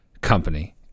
company